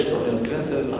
יש תוכניות הכנסת.